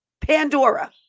Pandora